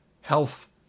health